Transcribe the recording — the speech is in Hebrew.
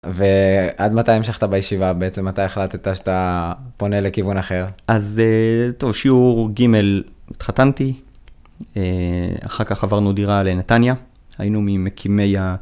ועד מתי המשכת בישיבה? בעצם מתי החלטת שאתה פונה לכיוון אחר? אז טוב, שיעור ג' התחתנתי, אחר כך עברנו דירה לנתניה, היינו ממקימי ה...